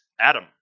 Adam